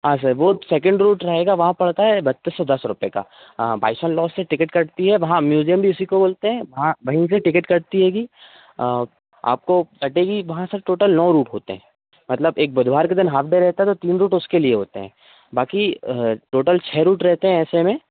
हाँ सर वो second route रहेगा वहाँ पड़ता है बत्तीस सौ दस रुपये का हं बाइसन लॉस से टिकेट कटती है वहाँ म्यूज़ियम भी इसी को बोलते हैं वहाँ वहीं से टिकेट कटती है आपको कटेगी वहाँ सर टोटल नौ रूट होते हैं मतलब एक बुधवार के दिन हाफ़ डे रहता है तो तीन रूट उसके लिए होते हैं बाकी टोटल छह रूट रहते हैं ऐसे में